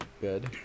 Good